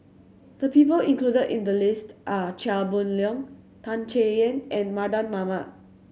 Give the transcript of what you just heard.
the people included in the list are Chia Boon Leong Tan Chay Yan and Mardan Mamat